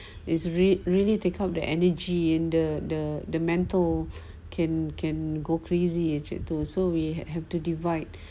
it's really really take up the energy in the the the mental can can go crazy two so we have to divide